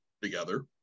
together